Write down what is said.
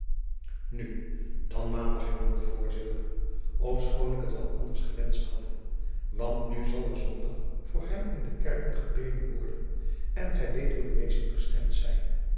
nu dan maandag hernam de voorzitter ofschoon ik het wel anders gewenscht hadde want nu zal er zondag voor hem in de kerken gebeden worden en gy weet hoe de meesten gestemd zijn